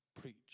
preach